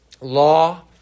law